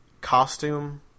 costume